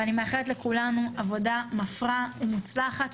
ואני מאחלת לכולם עבודה מפרה ומוצלחת,